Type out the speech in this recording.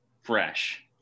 fresh